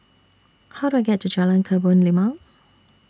How Do I get to Jalan Kebun Limau